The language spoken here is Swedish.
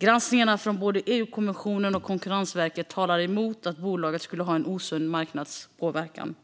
Granskningar från både EU-kommissionen och Konkurrensverket talar emot att bolaget skulle ha en osund marknadspåverkan.